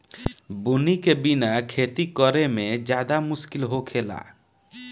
बुनी के बिना खेती करेमे ज्यादे मुस्किल होखेला